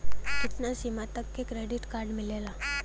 कितना सीमा तक के क्रेडिट कार्ड मिलेला?